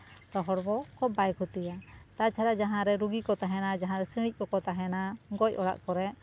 ᱛᱚ ᱦᱚᱲᱢᱚ ᱠᱚ ᱵᱟᱭ ᱠᱷᱩᱛᱤᱭᱟ ᱛᱟ ᱪᱷᱟᱲᱟ ᱡᱟᱦᱟᱸ ᱨᱮ ᱨᱩᱜᱤ ᱠᱚ ᱛᱟᱦᱮᱸᱱᱟ ᱡᱟᱦᱟᱸ ᱨᱮ ᱥᱤᱬᱤᱡ ᱠᱚᱠᱚ ᱛᱟᱦᱮᱱᱟ ᱜᱚᱡ ᱚᱲᱟᱜ ᱠᱚᱨᱮ